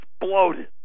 exploded